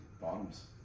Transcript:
bottoms